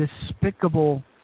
despicable